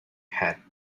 had